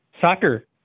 soccer